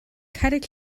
cerrig